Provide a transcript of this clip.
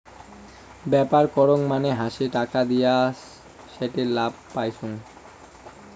ব্যাপার করং মানে হসে টাকা দিয়া সেটির লাভ পাইচুঙ